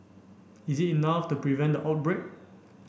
is it enough to prevent the outbreak